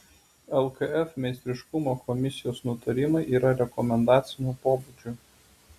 lkf meistriškumo komisijos nutarimai yra rekomendacinio pobūdžio